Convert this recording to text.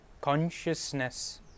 consciousness